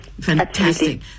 Fantastic